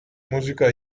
musica